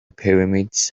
pyramids